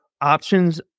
options